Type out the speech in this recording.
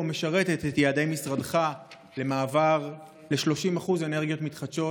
או משרתת את יעדי משרדך למעבר ל-30% אנרגיות מתחדשות